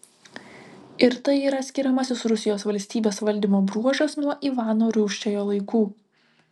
ir tai yra skiriamasis rusijos valstybės valdymo bruožas nuo ivano rūsčiojo laikų